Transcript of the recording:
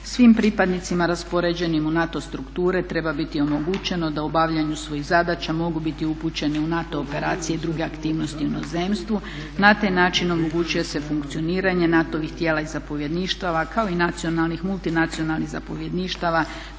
Svim pripadnicima raspoređenim u NATO strukture treba biti omogućeno da u obavljanju svojih zadaća mogu biti upućeni u NATO operacije i druge aktivnosti u inozemstvu. Na taj način omogućuje se funkcioniranje NATO-ovih tijela i zapovjedništava kao i nacionalnih, multinacionalnih zapovjedništava